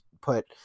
put